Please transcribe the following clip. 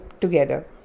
together